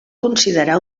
considerar